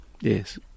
Yes